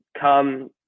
come